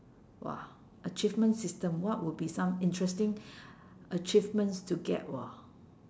!wah! achievement system what would be some interesting achievements to get [wor]